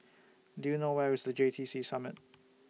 Do YOU know Where IS The J T C Summit